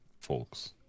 folks